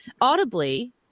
audibly